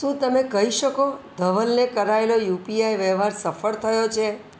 શું તમે કહી શકો ધવલને કરાયેલો યુપીઆઈ વ્યવહાર સફળ થયો છે